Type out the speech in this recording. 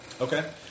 Okay